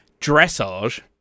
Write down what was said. Dressage